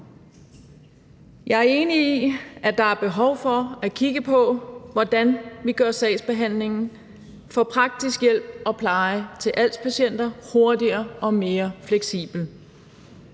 Jeg er enig i, at der er behov for at kigge på, hvordan vi gør sagsbehandlingen for praktisk hjælp og pleje til als-patienter hurtigere og mere fleksibel.